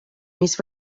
mis